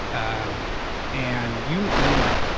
um and you, meanwhile,